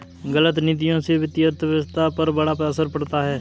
गलत नीतियों से वित्तीय अर्थव्यवस्था पर बड़ा असर पड़ता है